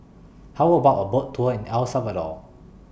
How about A Boat Tour in El Salvador